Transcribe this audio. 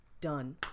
Done